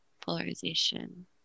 polarization